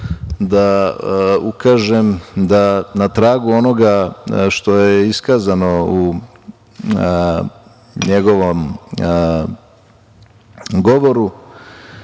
da ukažem da na tragu onoga što je iskazano u njegovom govoru,